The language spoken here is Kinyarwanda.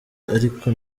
ariko